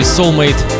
Soulmate